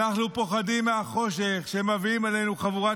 אנחנו פוחדים מהחושך שמביאים עלינו חבורת